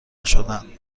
شدند